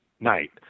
Night